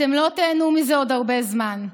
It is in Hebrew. אתם לא תיהנו מזה עוד הרבה זמן.